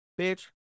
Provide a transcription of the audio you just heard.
Bitch